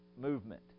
movement